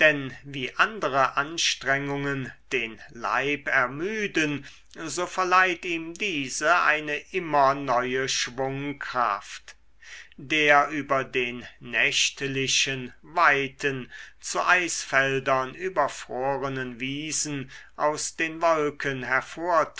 wie andere anstrengungen den leib ermüden so verleiht ihm diese eine immer neue schwungkraft der über den nächtlichen weiten zu eisfeldern überfrorenen wiesen aus den wolken